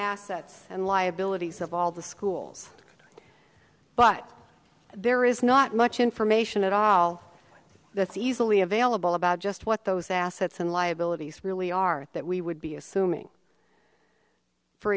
assets and liabilities of all the schools but there is not much information at all that's easily available about just what those assets and liabilities really are that we would be assuming for